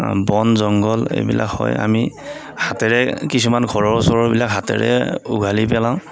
বন জংঘল এইবিলাক হয় আমি হাতেৰে কিছুমান ঘৰৰ ওচৰৰবিলাক হাতেৰে উঘালি পেলাওঁ